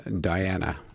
Diana